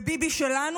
וביבי שלנו,